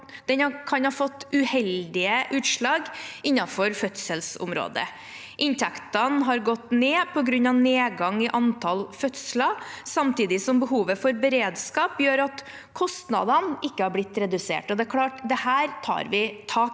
kan ha fått uheldige utslag innenfor fødselsområdet. Inntektene har gått ned på grunn av nedgang i antall fødsler, samtidig som behovet for beredskap gjør at kostnadene ikke har blitt redusert. Det er klart vi tar tak i